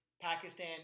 Pakistan